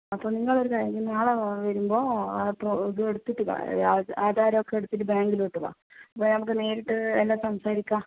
അപ്പോൾ നിങ്ങൾ ഒരു കാര്യം ചെയ് നാളെ വരുമ്പോൾ ആ ഇത് എടുത്തിട്ട് വാ ആ ആധാരം ഒക്കെ എടുത്തിട്ട് ബാങ്കിലോട്ട് വാ അപ്പോൾ നമുക്ക് നേരിട്ട് എല്ലാം സംസാരിക്കാം